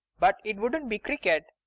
but it wouldu't be cricket.